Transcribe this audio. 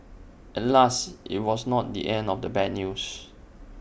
alas IT was not the end of the bad news